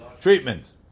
treatments